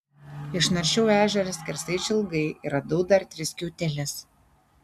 išnaršiau ežerą skersai išilgai ir radau dar tris skiauteles